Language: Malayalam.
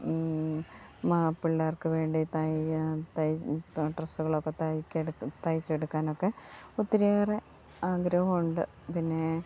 മാ പിള്ളേർക്കു വേണ്ടി തൈ തൈ ഡ്രസ്സുകളൊക്കെ തൈക്കെ തൈച്ചെടുക്കാനൊക്കെ ഒത്തിരിയേറെ ആഗ്രഹമുണ്ട് പിന്നെ